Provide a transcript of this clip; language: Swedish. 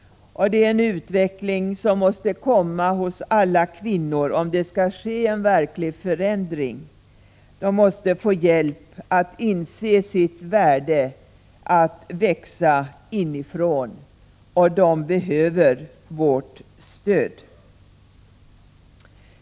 — Det är en utveckling som måste komma hos alla kvinnor om det skall ske en verklig förändring. De måste få hjälp att inse sitt värde, att växa inifrån.” De behöver vårt stöd.